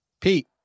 Pete